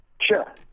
Sure